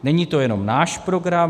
Není to jenom náš program.